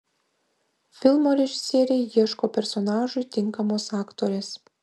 filmo režisieriai ieško personažui tinkamos aktorės